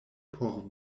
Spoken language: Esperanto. por